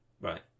Right